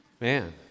Man